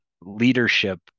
leadership